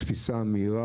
התפישה המהירה,